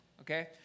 okay